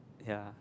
ya